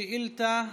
שאילתה: